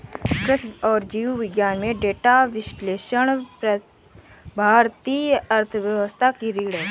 कृषि और जीव विज्ञान में डेटा विश्लेषण भारतीय अर्थव्यवस्था की रीढ़ है